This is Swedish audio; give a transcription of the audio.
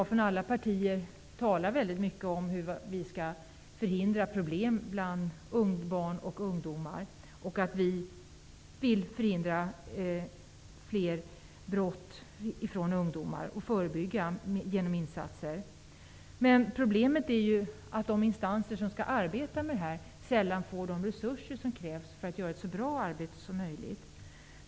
Från alla partier talar vi i dag mycket om hur vi skall förhindra brott från barn och ungdomar och få till stånd förebyggande insatser. Problemet är att de instanser som skall arbeta med detta sällan får de resurser som krävs för att göra ett så bra arbete som möjligt.